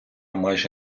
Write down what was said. майже